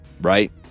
Right